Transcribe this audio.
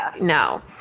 no